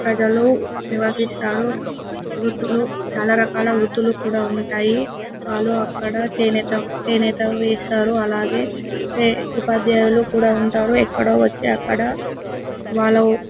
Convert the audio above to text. ప్రజలు నివసిస్తారు వృత్తులు చాలా రకాల వృత్తులు కూడా ఉంటాయి వాళ్ళు అక్కడ చేనేత చేనేత వేస్తారు అలాగే ఏ ఉపాధ్యాయులు కూడా ఉంటారు ఎక్కడో వచ్చి అక్కడ వాళ్ళ ఉ